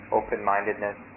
open-mindedness